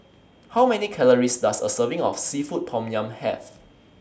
How Many Calories Does A Serving of Seafood Tom Yum Have